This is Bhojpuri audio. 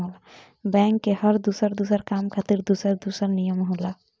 बैंक के हर दुसर दुसर काम खातिर दुसर दुसर नियम होला